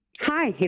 Hi